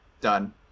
Done